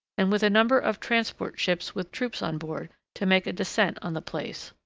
and with a number of transport ships with troops on board to make a descent on the place.